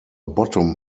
bottom